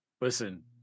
listen